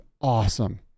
awesome